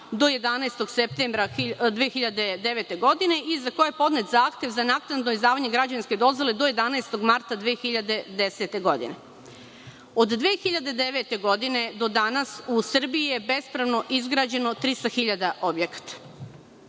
do 11. septembra 2009. godine i za koje je podnet zahtev za naknadno izdavanje građevinske dozvole do 11. marta 2010. godine. Od 2009. godine do danas u Srbiji je bespravno izgrađeno 300.000 objekata.